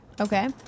Okay